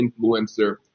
influencer